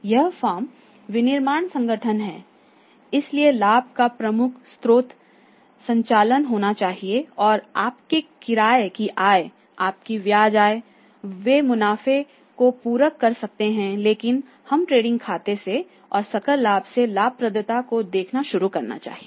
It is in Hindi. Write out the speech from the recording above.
यह फर्म विनिर्माण संगठन है इसलिए लाभ का प्रमुख स्रोत संचालन होना चाहिए और आपके किराए की आय आपकी ब्याज आय वे मुनाफे को पूरक कर सकते हैं लेकिन हमें ट्रेडिंग खाते से और सकल लाभ से लाभप्रदता को देखना शुरू करना चाहिए